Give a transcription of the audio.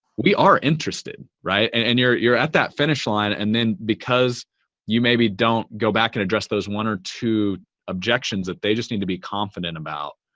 we are interested, right? and and you're you're at that finish line, and then because you maybe don't go back and address those one or two objections that they just need to be confident about,